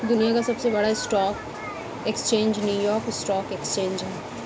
दुनिया का सबसे बड़ा stock exchange New York stock exchange है